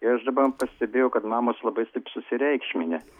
ir aš dabar pastebėjau kad mamos labai taip susireikšminę